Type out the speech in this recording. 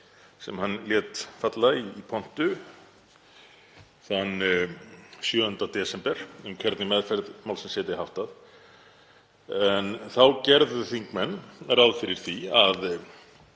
sem hann lét falla í pontu þann 7. desember um hvernig meðferð málsins yrði háttað. Þá gerðu þingmenn ráð fyrir því að